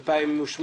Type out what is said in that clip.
2008,